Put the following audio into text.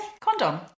Condom